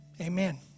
Amen